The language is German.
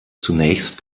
zunächst